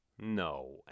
No